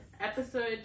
Episode